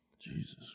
Jesus